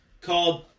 called